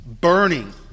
Burning